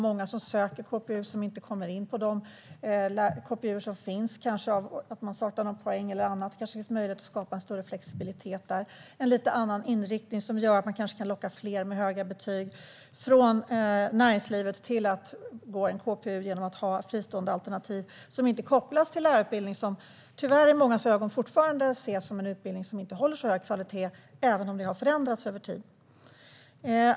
Många som söker till KPU kommer inte in på de KPU:er som finns, kanske för att de saknar poäng eller något annat. Det kanske finns möjlighet att skapa större flexibilitet och en lite annan inriktning. Fristående alternativ som inte kopplas till lärarutbildning kanske kan göra att man lockar fler med höga betyg från näringslivet till att gå en KPU. Många ser tyvärr fortfarande lärarutbildningen som en utbildning som inte håller så hög kvalitet, även om detta har förändrats över tid.